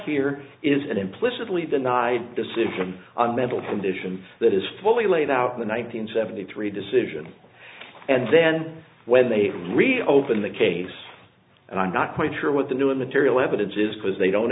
here is an implicitly denied decision on mental condition that is fully laid out in the one nine hundred seventy three decision and then when they reopen the case and i'm not quite sure what the new immaterial evidence is because they don't